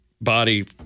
body